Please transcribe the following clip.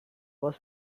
was